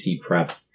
prep